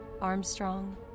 Armstrong